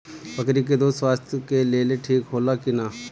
बकरी के दूध स्वास्थ्य के लेल ठीक होला कि ना?